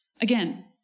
Again